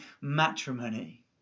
matrimony